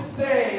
say